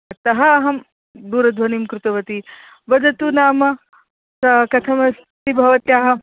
अतः अहं दूरध्वनिं कृतवती वदतु नाम का कथमस्ति भवत्याः